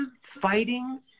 fighting